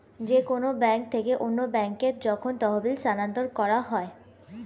যে কোন ব্যাংক থেকে অন্য ব্যাংকে যখন তহবিল স্থানান্তর করা হয়